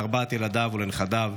לארבעת ילדיו ולנכדיו,